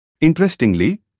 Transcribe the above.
Interestingly